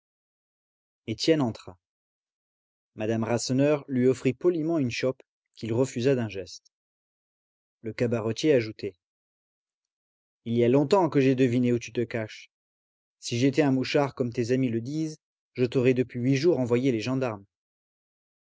étienne entra madame rasseneur lui offrit poliment une chope qu'il refusa d'un geste le cabaretier ajoutait il y a longtemps que j'ai deviné où tu te caches si j'étais un mouchard comme tes amis le disent je t'aurais depuis huit jours envoyé les gendarmes